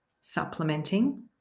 supplementing